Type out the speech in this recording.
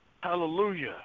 Hallelujah